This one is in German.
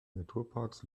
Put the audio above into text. naturparks